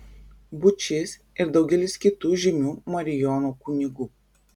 būčys ir daugelis kitų žymių marijonų kunigų